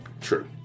true